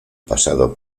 pasado